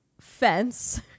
fence